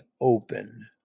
open